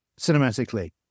cinematically